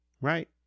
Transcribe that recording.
right